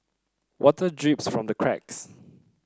water drips from the cracks